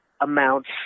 amounts